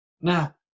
Now